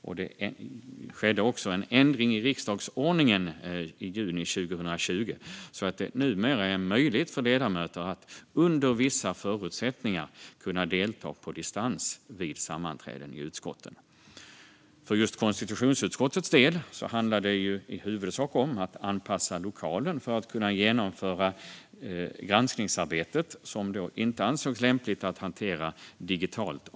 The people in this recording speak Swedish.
I juni 2020 ändrades också riksdagsordningen så att det numera är möjligt för ledamöter att under vissa förutsättningar delta på distans vid sammanträden i utskotten. För just konstitutionsutskottets del handlade det i huvudsak om att anpassa lokalen för att kunna genomföra det granskningsarbete som av en rad anledningar inte ansågs lämpligt att hantera digitalt.